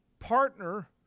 partner